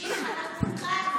גם נשימה זו פנייה.